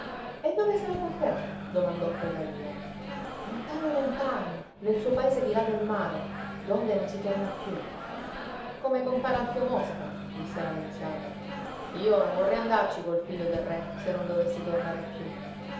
e dove se la porterà domandò poi la lia lontano lontano nel suo paese di là del mare d'onde non si torna più come compar alfio mosca disse la nunziata io non vorrei andarci col figlio del re se non dovessi tornare più